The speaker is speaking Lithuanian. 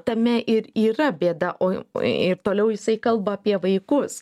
tame ir yra bėda o ir toliau jisai kalba apie vaikus